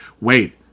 Wait